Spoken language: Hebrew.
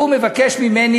הוא מבקש ממני,